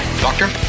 Doctor